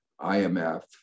IMF